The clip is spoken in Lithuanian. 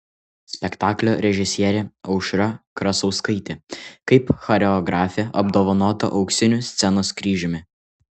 spektaklio režisierė aušra krasauskaitė kaip choreografė apdovanota auksiniu scenos kryžiumi